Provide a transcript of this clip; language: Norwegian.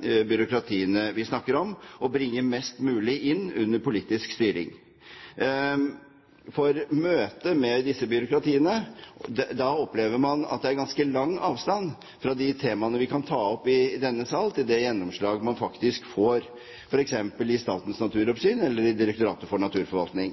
byråkratiene vi snakker om, og bringe mest mulig inn under politisk styring. I møte med disse byråkratiene opplever man at det er ganske lang avstand fra de temaene vi kan ta opp i denne sal, til det gjennomslag man faktisk får, f.eks. i Statens naturoppsyn eller i Direktoratet for naturforvaltning.